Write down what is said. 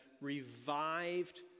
revived